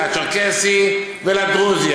לצ'רקסי ולדרוזי.